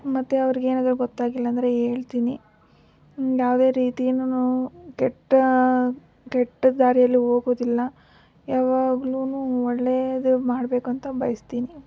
ಮತ್ತು ಅವ್ರ್ಗೆ ಏನಾದ್ರು ಗೊತ್ತಾಗಿಲ್ಲ ಅಂದರೆ ಹೇಳ್ತೀನಿ ಯಾವುದೇ ರೀತಿಯಿಂದನೂ ಕೆಟ್ಟ ಕೆಟ್ಟ ದಾರಿಯಲ್ಲಿ ಹೋಗೋದಿಲ್ಲ ಯವಾಗ್ಲು ಒಳ್ಳೆಯದೇ ಮಾಡ್ಬೇಕು ಅಂತ ಬಯಸ್ತೀನಿ